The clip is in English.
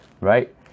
right